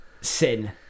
sin